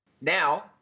Now